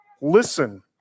listen